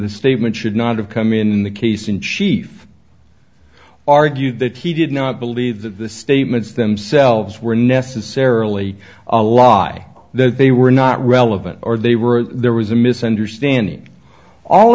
this statement should not have come in the case in chief argued that he did not believe that the statements themselves were necessarily a lie that they were not relevant or they were there was a misunderstanding all